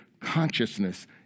consciousness